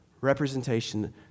representation